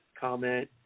comment